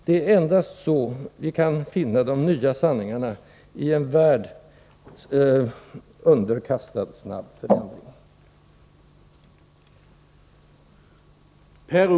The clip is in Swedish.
Det är endast så vi kan finna de nya sanningarna i en värld underkastad snabb förändring.